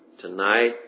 tonight